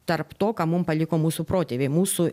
tarp to ką mum paliko mūsų protėviai mūsų